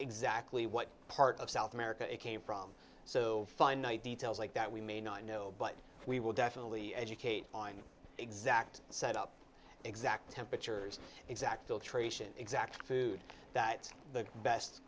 exactly what part of south america it came from so finite details like that we may not know but we will definitely educate on exact set up exact temperatures exact will trace an exact food that the best